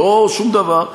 לא שום דבר.